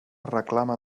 reclama